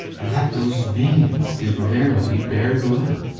and that those veins did verily bear blood?